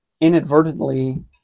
inadvertently